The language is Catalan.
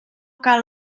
cal